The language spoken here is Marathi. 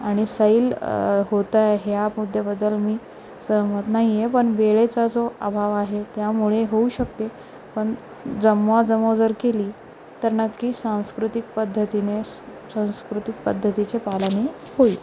आणि सैल होत आहे ह्या मुद्द्याबद्दल मी सहमत नाही आहे पण वेळेचा जो अभाव आहे त्यामुळे होऊ शकते पण जमवाजमव जर केली तर नक्की सांस्कृतिक पद्धतीने सांस्कृतिक पद्धतीचे पालन होईल